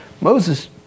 Moses